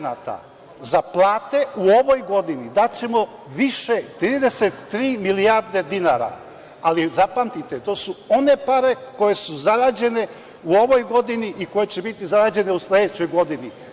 Za plate u ovoj godini daćemo više 33 milijarde dinara, ali zapamtite to su one pare koje su zarađene u ovoj godini i koje će biti zarađene u sledećoj godini.